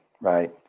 Right